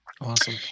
Awesome